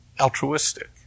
altruistic